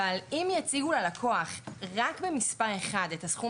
אבל אם יציגו ללקוח רק במספר אחד את הסכום